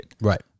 Right